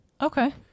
Okay